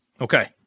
Okay